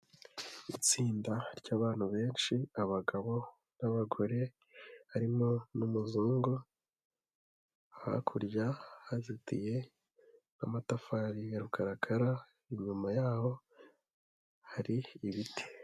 Itsinda ry'abantu benshi abagabo n'abagore harimo n'umuzungu, hakurya hazitiye n'amatafari ya rukarakara, inyuma y'aho hari ibiti.